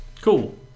Cool